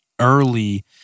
Early